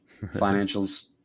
financials